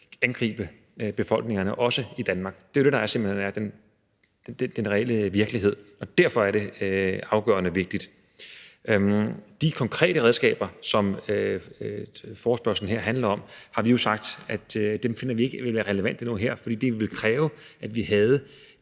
angribe befolkningerne, også i Danmark. Det er simpelt hen det, der er den reelle virkelighed, og derfor er det afgørende vigtigt. De konkrete redskaber, som forespørgslen her handler om, har vi jo sagt vi ikke finder vil være relevante nu her, fordi det ville kræve, at vi havde